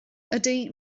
ydy